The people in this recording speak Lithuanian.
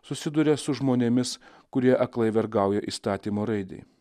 susiduria su žmonėmis kurie aklai vergauja įstatymo raidei